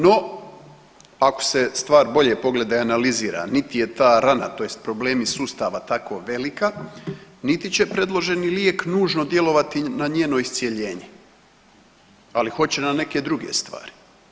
No ako se stvar bolje pogleda i analizira niti je ta rana, tj. problemi sustava tako velika niti će predloženi lijek nužno djelovati na njeno iscjeljenje, ali hoće na neke druge stvari.